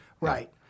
right